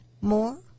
more